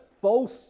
false